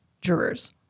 Jurors